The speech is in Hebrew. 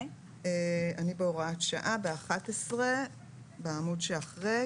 אני בהוראת שעה, סעיף 11. הוראת שעה